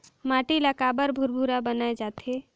माटी ला काबर भुरभुरा बनाय जाथे?